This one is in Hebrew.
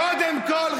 קודם כול,